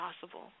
possible